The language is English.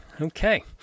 okay